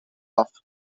off